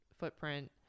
footprint